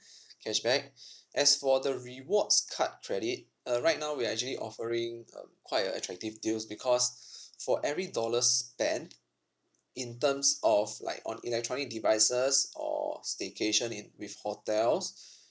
cashback as for the rewards card credit uh right now we are actually offering um quite a attractive deals because for every dollar spent in terms of like on electronic devices or staycation in with hotels